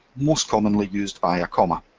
most commonly used by a comma.